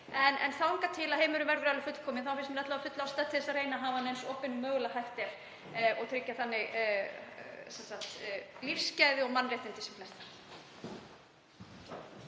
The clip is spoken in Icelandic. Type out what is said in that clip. En þangað til að heimurinn verður alveg fullkominn finnst mér alla vega full ástæða til að reyna að hafa hann eins opinn og hægt er og tryggja þannig lífsgæði og mannréttindi sem flestra.